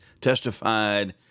testified